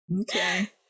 Okay